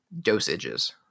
dosages